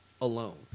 alone